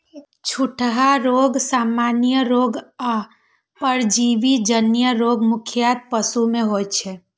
छूतहा रोग, सामान्य रोग आ परजीवी जन्य रोग मुख्यतः पशु मे होइ छै